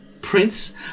Prince